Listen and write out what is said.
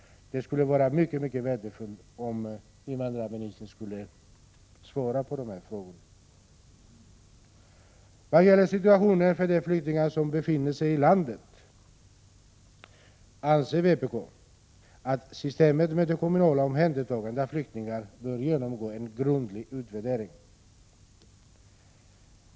Det skulle vara synnerligen värdefullt om invandrarministern kan ge mig ett svar. Vad gäller situationen för de flyktingar som befinner sig i landet anser vpk att systemet med det kommunala omhändertagandet av flyktingar bör genomgå en grundlig utvärdering.